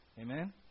Amen